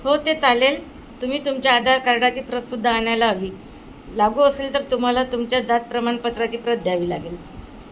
हो ते चालेल तुम्ही तुमच्या आधार कार्डाची प्रतसुद्धा आणायला हवी लागू असेल तर तुम्हाला तुमच्या जात प्रमाणपत्राची प्रत द्यावी लागेल